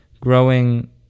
growing